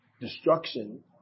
destruction